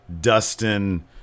Dustin